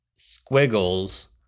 Squiggles